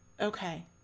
Okay